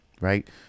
right